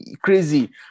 crazy